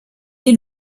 est